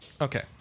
Okay